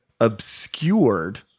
obscured